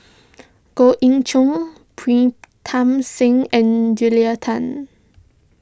Goh Ee Choo Pritam Singh and Julia Tan